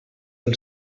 del